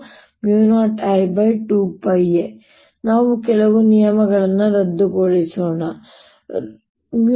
ವಾಸ್ತವದಲ್ಲಿ ತಂತಿಯ ಉದ್ದಕ್ಕೂ ಶಕ್ತಿಯನ್ನು ಹರಿಯುವಂತೆ ಮಾಡುವ ತಂತಿಗೆ ಲಂಬವಾಗಿರುವ E ಕ್ಷೇತ್ರವನ್ನು ನೀಡುವ ಮೇಲ್ಮೈ ಚಾರ್ಜ್ಗಳು ಸಹ ಇವೆ ಆದರೆ ಅದು ನಮ್ಮನ್ನು ನಾವು ತೋರಿಸಲು ಬಯಸುವುದನ್ನು ಮೀರಿ ಕರೆದೊಯ್ಯುತ್ತದೆ